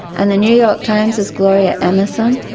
and the new york times's gloria emerson,